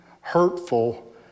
hurtful